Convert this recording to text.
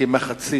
כנסת